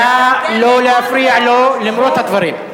נא לא להפריע לו, למרות הדברים.